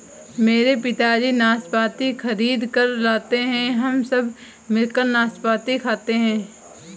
मेरे पिताजी नाशपाती खरीद कर लाते हैं हम सब मिलकर नाशपाती खाते हैं